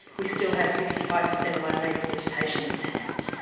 we still have sixty five percent of our native vegetation intact.